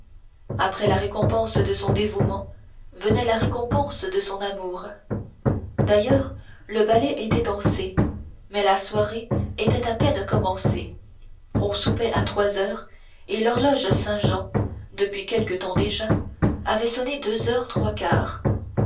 après la récompense de son dévouement venait la récompense de son amour d'ailleurs le ballet était dansé mais la soirée était à peine commencée on soupait à trois heures et l'horloge saintjean depuis quelque temps déjà avait sonné deux heures trois quarts